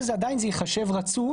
עדיין זה ייחשב רצוף,